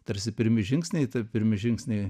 tarsi pirmi žingsniai ta pirmi žingsniai